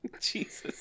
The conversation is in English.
Jesus